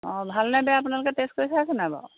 অঁ ভাল নে বেয়া আপোনালোকে টেষ্ট কৰি চাইছেনে বাৰু